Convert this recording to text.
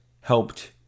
helped